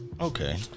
okay